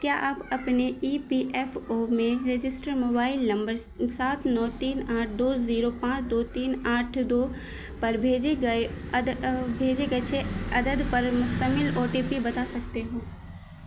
کیا آپ اپنے ای پی ایف او میں رجسٹر موبائل نمبر سات نو تین آٹھ دو زیرو پانچ دو تین آٹھ دو پر بھیجے گئے بھیجے گئے چھ عدد پر مشتمل او ٹی پی بتا سکتے ہو